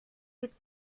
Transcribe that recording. with